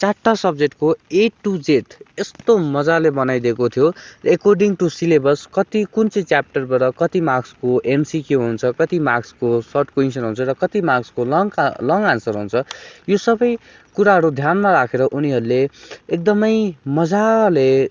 चारवटा सब्जेक्टको A to Z यस्तो मज्जाले बनाइदिएको थियो एकोर्डिङ टू सिलेबस कति कुन चाहिँ च्याप्टरबाट कति मार्क्सको एमसिक्यू हुन्छ कति मार्क्सको सर्ट कोइसन हुन्छ र कति मार्क्सको लङका लङ आन्सर हुन्छ यो सबै कुराहरू ध्यानमा राखेर उनीहरूले एकदमै मज्जाले